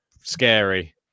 Scary